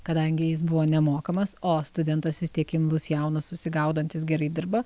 kadangi jis buvo nemokamas o studentas vis tiek imlus jaunas susigaudantys gerai dirba